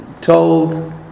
told